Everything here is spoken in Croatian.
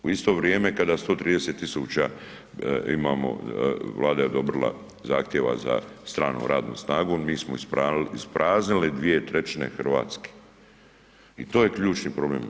U isto vrijeme kada 130 000 imamo Vlada je odobrila zahtjeva za stranom radnom snagom, mi smo ispraznili 2/3 Hrvatske i to je ključni problem.